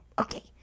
Okay